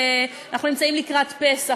אנחנו נמצאים לקראת פסח,